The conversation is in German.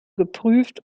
geprüft